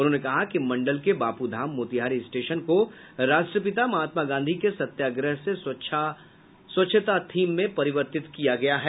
उन्होंने कहा कि मंडल के बापूधाम मोतिहारी स्टेशन को राष्ट्रपिता महात्मा गांधी के सत्याग्रह से स्वच्छता थीम में परिवर्तित किया गया है